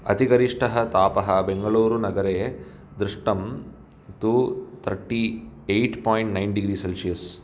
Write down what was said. अतिगरिष्तः तापः बेङ्गलूरुनगरे दृष्टं तु thirty eight point nine degree Celsius